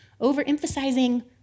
overemphasizing